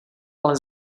ale